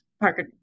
Parker